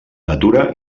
natura